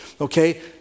Okay